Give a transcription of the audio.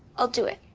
i'll do it.